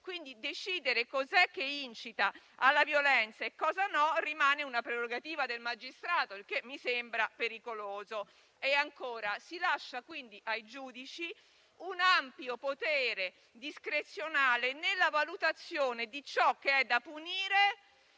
decidere cosa incita alla violenza e cosa non lo fa rimane una prerogativa del magistrato, il che mi sembra pericoloso. Si lascia quindi ai giudici un ampio potere discrezionale nella valutazione di ciò che è da punire